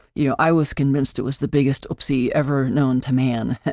you know, i was convinced it was the biggest oopsie ever known to man.